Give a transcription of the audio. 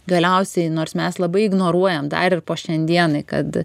galiausiai nors mes labai ignoruojam dar ir po šiandienai kad